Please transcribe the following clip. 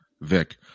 Vic